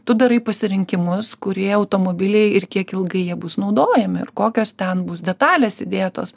tu darai pasirinkimus kurie automobiliai ir kiek ilgai jie bus naudojami ir kokios ten bus detalės įdėtos